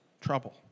trouble